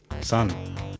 Son